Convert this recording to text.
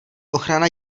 ochrana